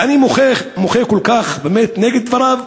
ואני מוחה, מוחה כל כך, באמת, נגד דבריו